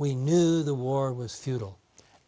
we knew the war was futile